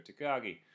Takagi